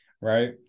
right